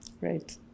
Right